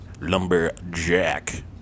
Lumberjack